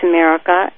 America